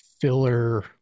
filler